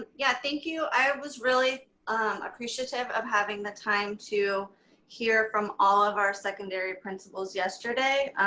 yeah, thank you. i was really appreciative of having the time to hear from all of our secondary principals yesterday.